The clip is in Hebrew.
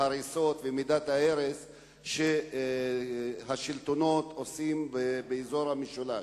ההריסות ומידת ההרס שהשלטונות עושים באזור המשולש.